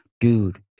dude